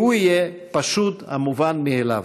כי הוא יהיה פשוט המובן מאליו.